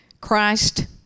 Christ